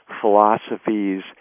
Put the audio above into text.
philosophies